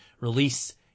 release